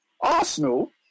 Arsenal